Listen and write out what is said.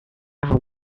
ever